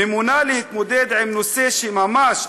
ממונה להתמודד עם נושא שממש,